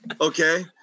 okay